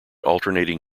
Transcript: alternating